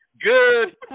good